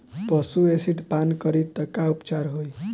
पशु एसिड पान करी त का उपचार होई?